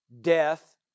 death